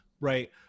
right